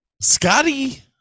Scotty